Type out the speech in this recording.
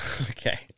Okay